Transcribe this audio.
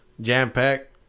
jam-packed